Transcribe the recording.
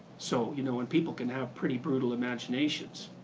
so you know and people can have pretty brutal imaginations,